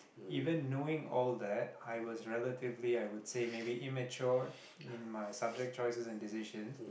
even knowing all that I was relatively I would say maybe immature in my subject choices and decisions